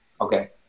Okay